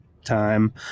time